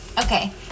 okay